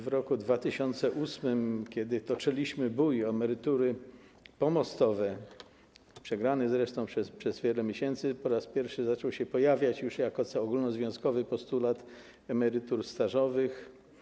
W roku 2008, kiedy toczyliśmy bój o emerytury pomostowe, przegrany zresztą na wiele miesięcy, po raz pierwszy zaczął się pojawiać, już jako ogólnozwiązkowy, postulat emerytur stażowych.